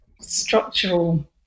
structural